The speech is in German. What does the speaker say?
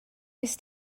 ist